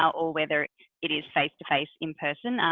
or whether it is face to face, in person,